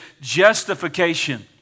justification